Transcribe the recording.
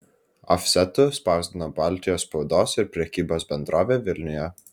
ofsetu spausdino baltijos spaudos ir prekybos bendrovė vilniuje